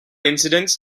incidents